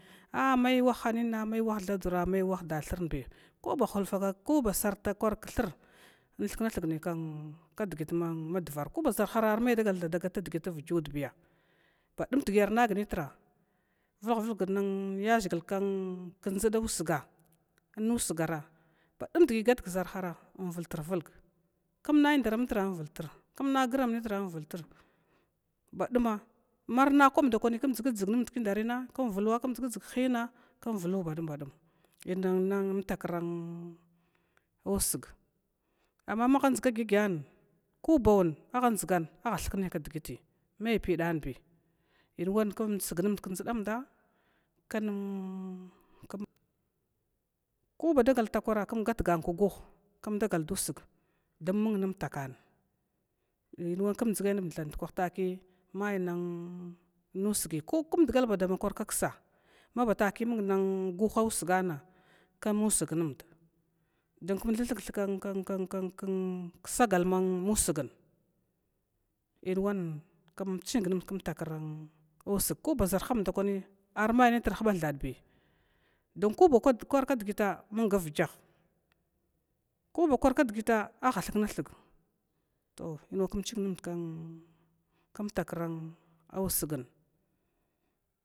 Amaiwah hinan mai wahthadura maiwah dathurnabi koba sarta kwar kthr unthuknathug ne kdgi madvara kobaba ʒarhara arne gata dgit vdgudbiya, badum dgi nagnitra vulwha vulg yaʒhigl kdʒdan usga nsugara badum dgi gatgʒarhara nnvitrvulg kmna indra mitra invltrvulg km agra mitra invlt, baduma marna kwabnitra kmdʒgt dʒg nmd kindariha kmvluwa kmdʒgt, dʒa nmd khiyinna kmvluwa badum badum innmtakra usg, amma maha dʒga gya gyan kuba wa maha dʒgana athuknabi bandʒ ndawi maipidanbi, inwan kmsgnmd kdʒddamda kmgitgan guh kmdagal da usg mung nmtakan, inwa kmdʒgai ndukw taki menusgi ko kmdugalba dama kwarksa watak mung guha usgana km usgunu kn kn kn sagal musgan, inwan km ching nmd kmtakra usgna usg koba ʒarhamdni, armai nitr huba thadbi don kobakwar kdgita ba mung vigy kabakwar kdgita aba thukna thuga, to in wa km ching nmd km takra usg.